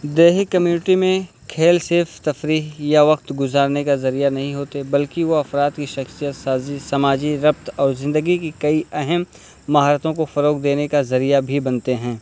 دیہی کمیونٹی میں کھیل صرف تفریح یا وقت گزارنے کا ذریعہ نہیں ہوتے بلکہ وہ افراد کی شخصیت سازی سماجی ربت اور زندگی کی کئی اہم مہارتوں کو فروغ دینے کا ذریعہ بھی بنتے ہیں